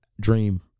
dream